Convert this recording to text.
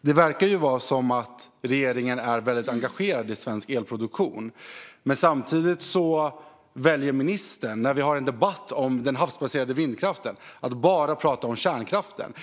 Det verkar som att regeringen är väldigt engagerad i svensk elproduktion. Men samtidigt väljer ministern, när vi har en debatt om den havsbaserade vindkraften, att bara prata om kärnkraften.